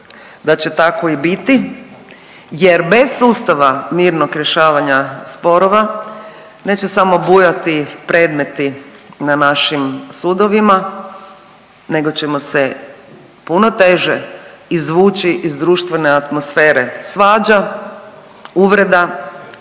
da će tako i biti jer bez sustava mirnog rješavanja sporova neće samo bujati predmeti na našim sudovima nego ćemo se puno teže izvući iz društvene atmosfere svađa, uvreda,